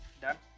done